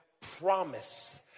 promise